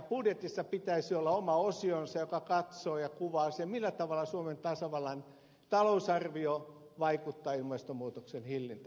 budjetissa pitäisi olla oma osionsa joka katsoo ja kuvaa sen millä tavalla suomen tasavallan talousarvio vaikuttaa ilmastonmuutoksen hillintään